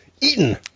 eaten